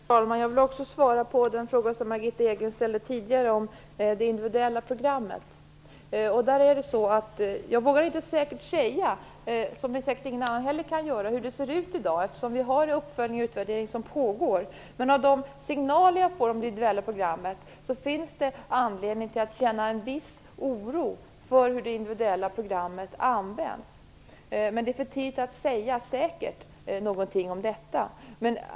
Herr talman! Jag vill också svara på den fråga som Jag vågar inte säkert säga hur det ser ut i dag, och det kan säkert ingen annan göra heller - uppföljningen och utvärderingen pågår. De signaler jag får om det individuella programmet ger mig anledning att känna viss oro för hur det individuella programmet används, men det är alltså för tidigt att säga någonting säkert om detta.